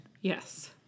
yes